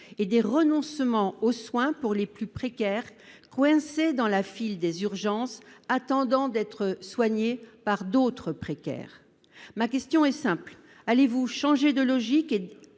et des renoncements aux soins pour les plus précaires, coincés dans la file des urgences, attendant d'être soignés par d'autres précaires. Ma question est simple : changerez-vous de logique